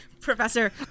Professor